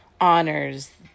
honors